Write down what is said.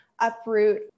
uproot